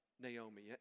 Naomi